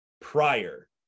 prior